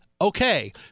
okay